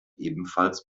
ebenfalls